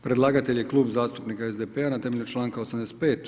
Predlagatelj je Klub zastupnika SDP-a na temelju članka 85.